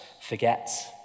forgets